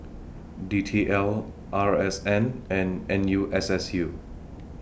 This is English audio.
D T L R S N and N U S S U